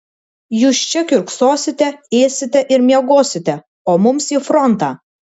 jūs čia kiurksosite ėsite ir miegosite o mums į frontą